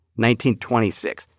1926